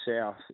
south